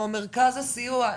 או מרכז הסיוע,